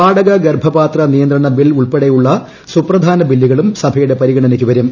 വാടക ഗർഭപാത്ര നിയന്ത്രണബിൽ ഉൾപ്പെടെയുള്ള സൂപ്രധാന ബില്ലുകളും സഭയുടെ പരിഗണനയ്ക്ക് വരും